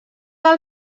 del